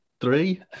three